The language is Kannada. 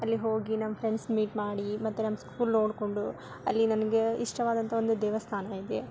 ಅಲ್ಲಿ ಹೋಗಿ ನಮ್ಮ ಫ್ರೆಂಡ್ಸ್ ಮೀಟ್ ಮಾಡಿ ಮತ್ತು ನಮ್ಮ ಸ್ಕೂಲ್ ನೋಡ್ಕೊಂಡು ಅಲ್ಲಿ ನನಗೆ ಇಷ್ಟವಾದಂಥ ಒಂದು ದೇವಸ್ಥಾನ ಇದೆ